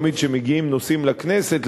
תמיד כשמגיעים נושאים לכנסת,